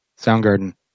Soundgarden